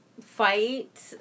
fight